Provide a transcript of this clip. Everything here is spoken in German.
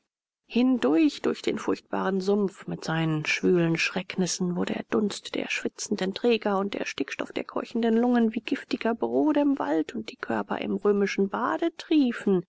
hindurch durch den furchtbaren sumpf mit seinen schwülen schrecknissen wo der dunst der schwitzenden träger und der stickstoff der keuchenden lungen wie giftiger brodem wallt und die körper im römischen bade triefen